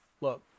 Look